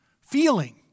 feeling